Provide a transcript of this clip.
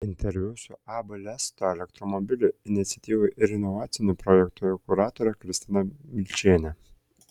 interviu su ab lesto elektromobilių iniciatyvų ir inovacinių projektų kuratore kristina milčiene